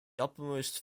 uppermost